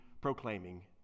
proclaiming